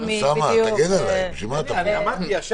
לא סמכות, "כלים" היא אמרה.